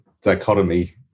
dichotomy